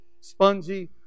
spongy